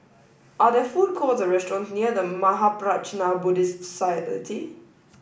are there food courts or restaurants near The Mahaprajna Buddhist Society